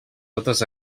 totes